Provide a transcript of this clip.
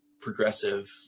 progressive